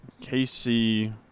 Casey